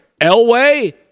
Elway